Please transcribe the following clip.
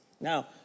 Now